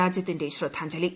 രാജ്യത്തിന്റെ ശ്രദ്ധാഞ്ജലി